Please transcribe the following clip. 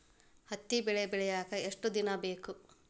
ಹತ್ತಿ ಬೆಳಿ ಬೆಳಿಯಾಕ್ ಎಷ್ಟ ದಿನ ಬೇಕ್?